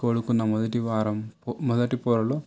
కోలుకున్న మొదటి వారం మొదటి పౌరులు